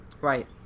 Right